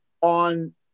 on